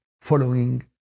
following